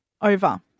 over